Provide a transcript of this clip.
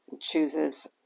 chooses